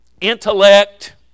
intellect